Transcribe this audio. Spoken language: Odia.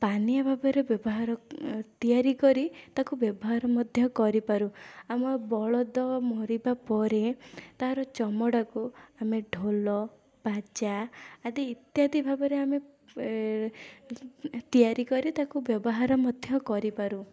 ପାନିଆ ଭାବରେ ବ୍ୟବହାର ତିଆରି କରି ତାକୁ ବ୍ୟବହାର ମଧ୍ୟ କରିପାରୁ ଆମ ବଳଦ ମରିବାପରେ ତାର ଚମଡ଼ାକୁ ଆମେ ଢୋଲ ବାଜା ଆଦି ଇତ୍ୟାଦି ଭାବରେ ଆମେ ଏ ତିଆରି କରି ତାକୁ ବ୍ୟବହାର ମଧ୍ୟ କରିପାରୁ